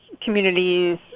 communities